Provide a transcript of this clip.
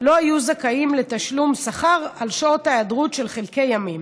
לא יהיו זכאים לתשלום שכר על שעות היעדרות של חלקי ימים,